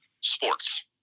sports